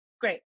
Great